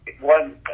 one